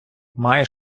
має